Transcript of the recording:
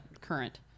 current